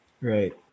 Right